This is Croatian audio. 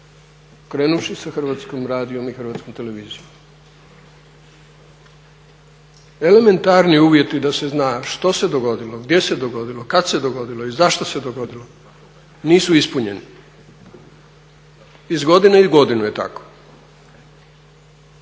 krenuvši sa Hrvatskim radijem i Hrvatskom televizijom. Elementarni uvjeti da se zna što se dogodilo, gdje se dogodilo, kada se dogodilo i zašto se dogodilo nisu ispunjeni. Iz godine u godinu je tako.